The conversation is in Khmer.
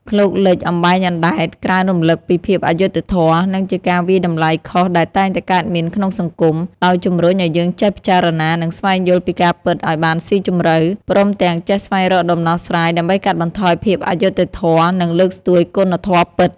ឃ្លោកលិច អំបែងអណ្ដែត ក្រើនរំលឹកពីភាពអយុត្តិធម៌ និងការវាយតម្លៃខុសដែលតែងកើតមានក្នុងសង្គម ដោយជំរុញឲ្យយើងចេះពិចារណា និងស្វែងយល់ពីការពិតឲ្យបានស៊ីជម្រៅ ព្រមទាំងចេះស្វែងរកដំណោះស្រាយ ដើម្បីកាត់បន្ថយភាពអយុត្តិធម៌ និងលើកស្ទួយគុណធម៌ពិត។។